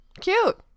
Cute